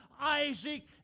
Isaac